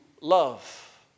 love